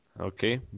Okay